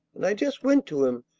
and i just went to him,